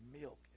milk